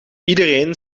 iedereen